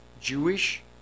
Jewish